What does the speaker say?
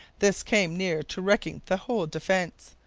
this came near to wrecking the whole defence.